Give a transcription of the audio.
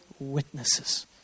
witnesses